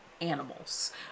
animals